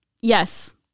Yes